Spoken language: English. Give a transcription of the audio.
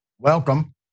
Welcome